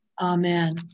Amen